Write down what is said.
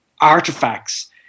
artifacts